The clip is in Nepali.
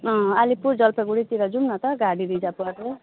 अँ अलिपुर जलपाइगुडीतिर जाऊँ न त गाडी रिजर्व गरेर